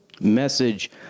message